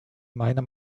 meiner